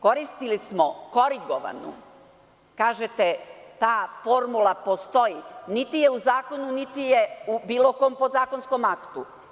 Koristili smo korigovanu, kažete – ta formula postoji, niti je u zakonu, niti je u bilo kom podzakonskom aktu.